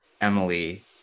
Emily